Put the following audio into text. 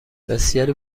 بسیاری